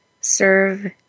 serve